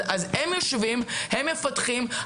הם יושבים ומפתחים,